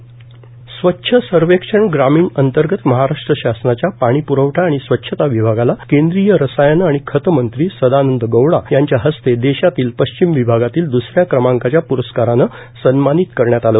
स्वच्छ सर्वेक्षण ग्रामीण अंतर्गत महाराष्ट्र शासनाच्या पाणी प्रवठा आणि स्वच्छता विभागाला केंद्रीय रसायने आणि खते मंत्री सदानंद गौडा यांच्या हस्ते देशातील पश्चिम विभागातील द्स या क्रमांकाच्या प्रस्काराने सन्मानित करण्यात आले